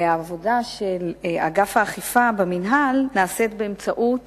העבודה של אגף האכיפה במינהל נעשית באמצעות